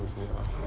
say what